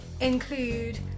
include